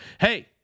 Hey